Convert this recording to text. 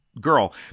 girl